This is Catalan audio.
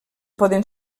poden